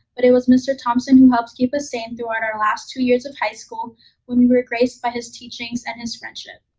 but it was mr. thompson who helped keep us sane throughout our last two years of high school when we were graced by his teachings and his friendship.